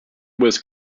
was